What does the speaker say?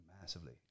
massively